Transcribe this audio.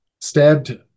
stabbed